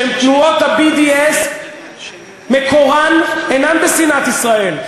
שתנועות ה-BDS מקורן אינו בשנאת ישראל.